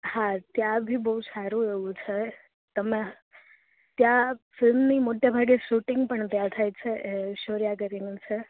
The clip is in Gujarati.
હા ત્યાંભી બઉ સારું એવું છે તમે ત્યાં ફિલ્મની મોટેભાગે શૂટિંગ પણ ત્યાં થાય છે એ સોરયા ગઢીમલ છે